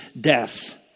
death